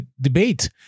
debate